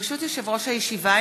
ברשות יושב-ראש הישיבה,